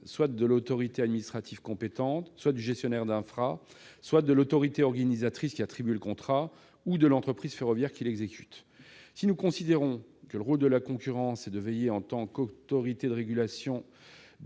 saisine de l'autorité administrative compétente, du gestionnaire d'infrastructure ou de l'autorité organisatrice qui a attribué le contrat, ou encore de l'entreprise ferroviaire qui l'exécute. Si nous considérons que le rôle de l'ARAFER est de veiller en tant qu'autorité de régulation au